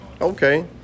okay